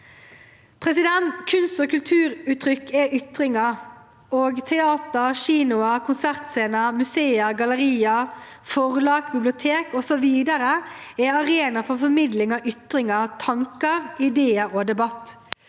ordskifter. Kunst- og kulturuttrykk er ytringer, og teatre, kinoer, konsertscener, museer, gallerier, forlag, biblioteker, osv. er arenaer for formidling av ytringer, tanker, ideer og debatt.